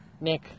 Nick